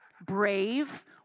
brave